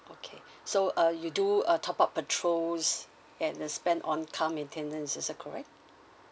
okay so uh you do uh top up petrol's and uh spend on car maintenance is that correct